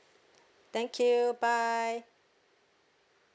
thank you bye